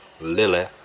Lily